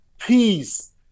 peace